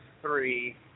three